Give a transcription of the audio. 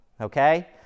okay